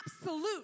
absolute